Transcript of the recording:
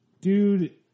dude